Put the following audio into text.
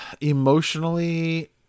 emotionally